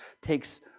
takes